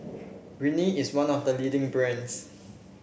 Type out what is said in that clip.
Rene is one of the leading brands